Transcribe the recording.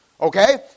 Okay